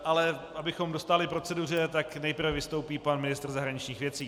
Ale abychom dostáli proceduře, tak nejprve vystoupí pan ministr zahraničních věcí.